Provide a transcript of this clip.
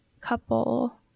couple